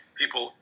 people